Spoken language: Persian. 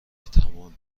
تمام